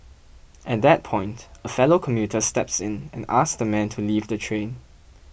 at that point a fellow commuter steps in and asks the man to leave the train